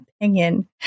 opinion